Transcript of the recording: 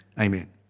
amen